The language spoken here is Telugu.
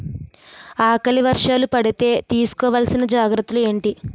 ఆకలి వర్షాలు పడితే తీస్కో వలసిన జాగ్రత్తలు ఏంటి?